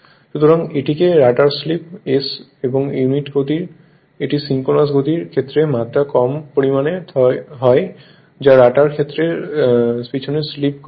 সুতরাং এটিকে রটারের স্লিপ s হল প্রতি ইউনিট গতি এটি সিনক্রোনাস গতির ক্ষেত্রে মাত্রা কম পরিমাণ যা রটার স্টেটর ক্ষেত্রের পিছনে স্লিপ করে